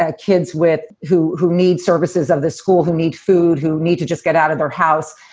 ah kids with who who need services of the school, who need food, who need to just get out of their house,